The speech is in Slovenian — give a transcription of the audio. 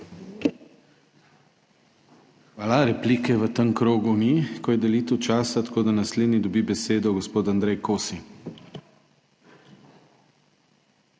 dvorane/ Replike v tem krogu ni, ko je delitev časa. Tako da naslednji dobi besedo gospod Andrej Kosi.